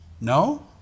No